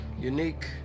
unique